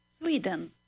Sweden